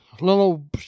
little